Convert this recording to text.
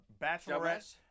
Bachelorette